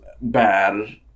Bad